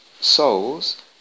souls